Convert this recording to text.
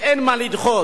ואין מה לדחות.